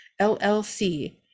LLC